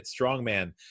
strongman